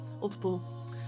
multiple